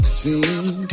seen